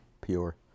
pure